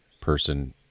person